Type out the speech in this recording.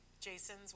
Jason's